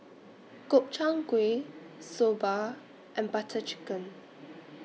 Gobchang Gui Soba and Butter Chicken